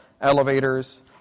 elevators